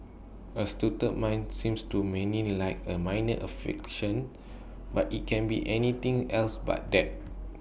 A stutter might seems to many like A minor affliction but IT can be anything else but that